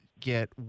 get